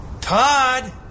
Todd